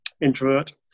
Introvert